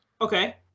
okay